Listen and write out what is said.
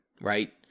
right